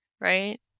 right